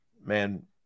Man